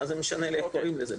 לי לא משנה איך קוראים לזה,